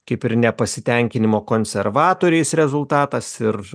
kaip ir nepasitenkinimo konservatoriais rezultatas ir